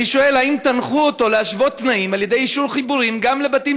אני שואל: האם תנחו אותו להשוות תנאים על-ידי אישור חיבורים גם לבתים